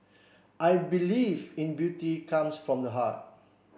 I believe in beauty comes from the heart